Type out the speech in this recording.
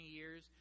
years